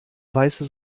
weiße